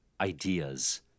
ideas